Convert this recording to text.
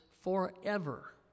forever